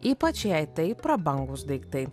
ypač jei tai prabangūs daiktai